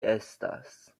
estas